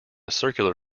circular